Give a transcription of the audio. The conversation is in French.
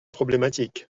problématique